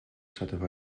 штатов